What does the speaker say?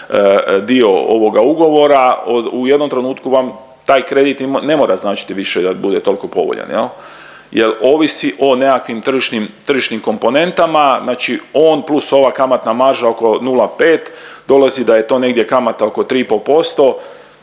dio ovoga ugovora u jednom trenutku vam taj kredit i ne mora značiti više da bude tolko povoljan jel ovisi o nekakvim tržišnim komponentama. Znači on plus ova kamatna marža oko 0,5 dolazi da je to negdje kamata oko 3,5%.